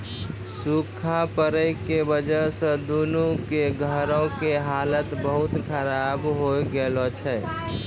सूखा पड़ै के वजह स दीनू के घरो के हालत बहुत खराब होय गेलो छै